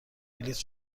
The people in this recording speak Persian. بلیط